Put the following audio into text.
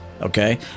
okay